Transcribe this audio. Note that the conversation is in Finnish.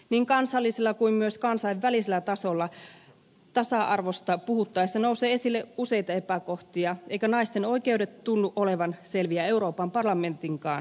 niin kansallisella kuin myös kansainvälisellä tasolla tasa arvosta puhuttaessa nousee esille useita epäkohtia eivätkä naisten oikeudet tunnu olevan selviä euroopan parlamentinkaan päätöksenteon tasolla